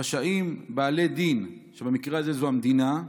רשאים בעלי דין, שבמקרה הזה זו המדינה,